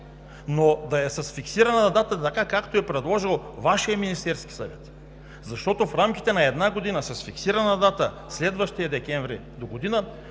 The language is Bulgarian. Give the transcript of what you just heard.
но да е с фиксирана дата, така както е предложил Вашият Министерски съвет, защото в рамките на една година с фиксирана дата, следващия декември догодина